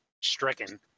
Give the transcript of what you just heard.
stricken